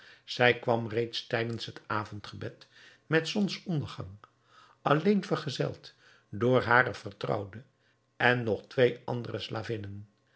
zij kwam reeds tijdens het avondgebed met zonsondergang alleen vergezeld door hare vertrouwde en nog twee andere